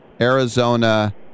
Arizona